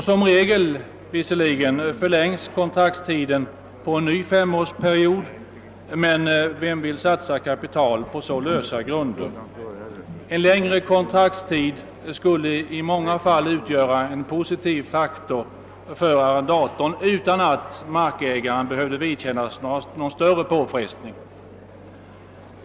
Som regel förlängs visserligen kontraktstiden på en ny femårsperiod, men vem vill satsa kapital på så lösa grunder? En längre kontraktstid skulle i många fall utgöra en positiv faktor för arrendatorn utan att det för markägaren behövde medföra någon större påfrestning.